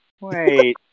Wait